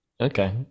Okay